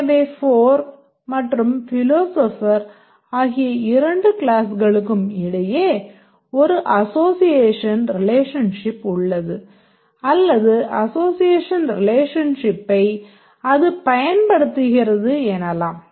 எனவே ஃபோர்க் மற்றும் ஃபிலோசோபர் ஆகிய இரு க்ளாஸ்களுக்கும் இடையே ஒரு அசோசியேஷன் ரிலேஷன்ஷிப் உள்ளது அல்லது அசோசியேஷன் ரிலேஷன்ஷிப்பைப் அது பயன்படுத்துகிறது எனலாம்